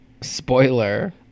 Spoiler